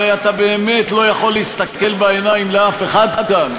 הרי אתה באמת לא יכול להסתכל בעיניים לאף אחד כאן,